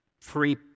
free